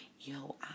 Yo